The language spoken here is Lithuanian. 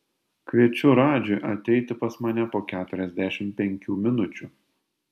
kviečiu radžį ateiti pas mane po keturiasdešimt penkių minučių